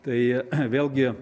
tai vėlgi